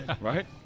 Right